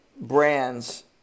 brands